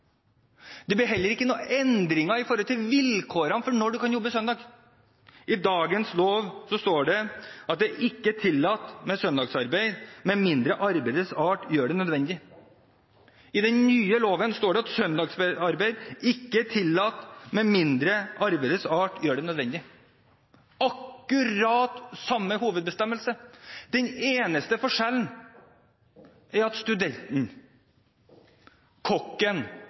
Det blir heller ikke noen endringer med hensyn til vilkårene for når man kan jobbe søndag. I dagens lov står det at det ikke er tillatt med søndagsarbeid med mindre arbeidets art gjør det nødvendig. I den nye loven står det at søndagsarbeid ikke er tillatt med mindre arbeidets art gjør det nødvendig – akkurat samme hovedbestemmelse. Den eneste forskjellen er at kokken